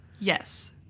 Yes